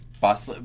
Boss